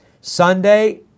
Sunday